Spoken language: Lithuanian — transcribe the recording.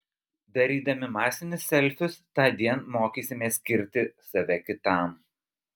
darydami masinius selfius tądien mokysimės skirti save kitam